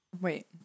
Wait